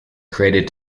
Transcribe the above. created